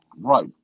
Right